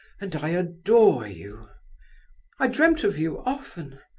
and i adore you i dreamt of you often.